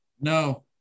No